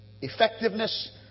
effectiveness